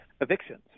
evictions